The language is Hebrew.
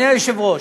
אדוני היושב-ראש,